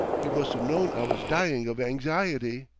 you must've known i was dying of anxiety!